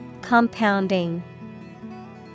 Compounding